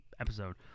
episode